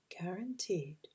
guaranteed